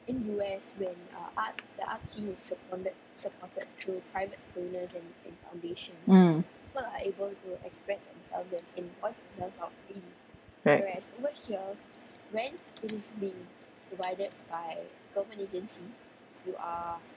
mm right